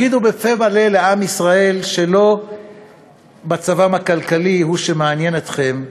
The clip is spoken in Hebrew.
הגידו בפה מלא לעם ישראל שלא מצבם הכלכלי הוא שמעניין אתכם,